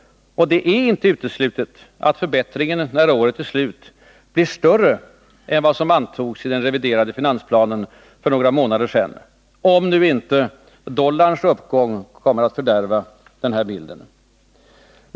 Och det är inte uteslutet att förbättringen när året är slut blir större än vad som antogs i den reviderade finansplanen för några månader sedan — om inte dollarns uppgång kommer att fördärva den här bilden.